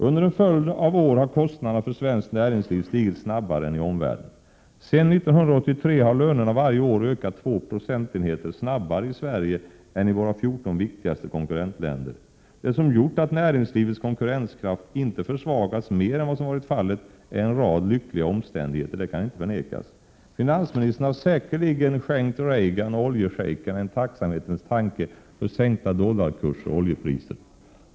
Under en följd av år har kostnaderna för svenskt näringsliv stigit snabbare än i omvärlden. Sedan 1983 har lönerna varje år ökat 2 procentenheter snabbare i Sverige än i våra 14 viktigaste konkurrentländer. Det som gjort att näringslivets konkurrenskraft inte försvagats mer än som varit fallet är en rad lyckliga omständigheter, det kan inte förnekas. Finansministern har säkerligen skänkt Reagan och oljeshejkerna en tacksamhetens tanke för sänkta dollarkurser och oljepriser.